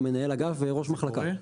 גם מנהל אגף וראש מחלקה.